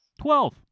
Twelve